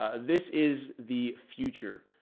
ah this is the future.